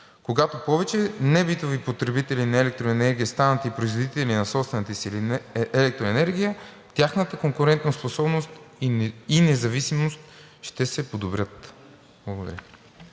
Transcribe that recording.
Когато повече небитови потребители на електроенергия станат и производители на собствената си електроенергия, тяхната конкурентоспособност и независимост ще се подобрят. Благодаря.